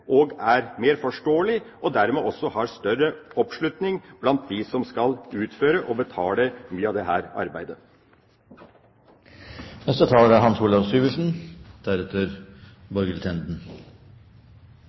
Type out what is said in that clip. og mer forståelig, og dermed også har større oppslutning blant dem som skal utføre og betale mye av dette arbeidet. Jeg kan i grunnen slutte meg til mye av det